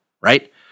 right